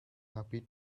happy